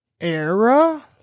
era